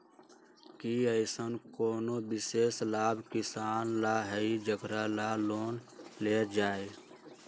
कि अईसन कोनो विशेष लाभ किसान ला हई जेकरा ला लोन लेल जाए?